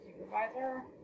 supervisor